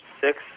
six